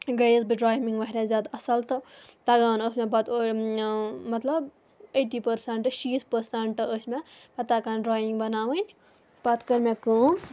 گٔیَس بہٕ ڈرٛایِنٛگ واریاہ زیادٕ اَصٕل تہٕ تَگان ٲس مےٚ پَتہٕ مطلب ایٹی پٔرسںٛٹ شیٖتھ پٔرسنٛٹ ٲسۍ مےٚ تَگان ڈرٛایِنٛگ بَناوٕنۍ پَتہٕ کٔر مےٚ کٲم